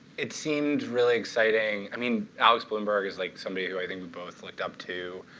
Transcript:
it seemed really exciting. i mean, alex blumberg is like somebody who i think we both looked up to.